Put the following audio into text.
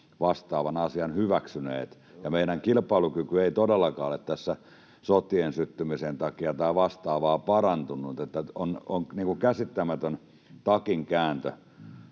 vastaavan asian hyväksyneet. Ja meidän kilpailukyky ei todellakaan ole tässä sotien syttymisen tai vastaavan takia parantunut, niin että on käsittämätön takinkääntö